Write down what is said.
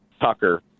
Tucker